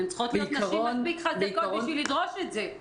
הן צריכות להיות נשים מספיק חזקות בשביל לדרוש את זה.